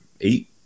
eight